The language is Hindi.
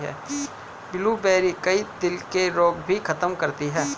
ब्लूबेरी, कई दिल के रोग भी खत्म करती है